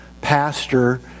pastor